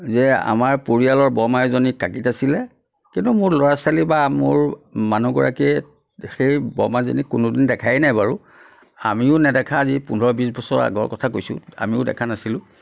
যে আমাৰ পৰিয়ালৰ বৰমা এজনী কাঁকিত আছিলে কিন্তু মোৰ ল'ৰা ছোৱালী বা মোৰ মানুহগৰাকীয়ে সেই বৰমাজনীক কোনো দিনে দেখাই নাই বাৰু আমিও নেদেখা আজি পোন্ধৰ বিছ বছৰ আগৰ কথা কৈছোঁ আমিও দেখা নাছিলোঁ